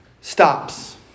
stops